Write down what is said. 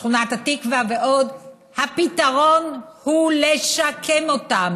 שכונת התקווה ועוד, הפתרון הוא לשקם אותן,